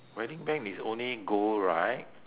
wedding band is only gold right